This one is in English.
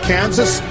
Kansas